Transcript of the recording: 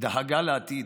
דאגה לעתיד,